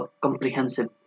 comprehensive